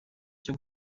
cyo